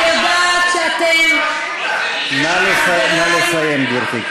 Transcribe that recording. אני יודעת שאתם, נא לסיים, גברתי.